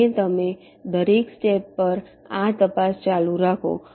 અને તમે દરેક સ્ટેપ પર આ તપાસ ચાલુ રાખો